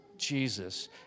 Jesus